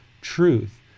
truth